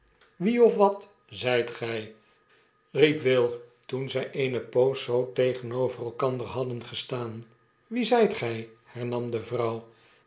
wie of wat zyt gij p riep will toen zij eene poos zoo tegenover elkander hadden gestaan wie zijt g jj hernam de vrouw